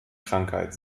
krankheit